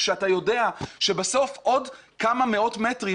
כשאתה יודע שבסוף בעוד כמה מאות מטרים